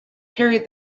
carried